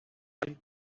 trail